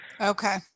Okay